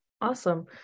Awesome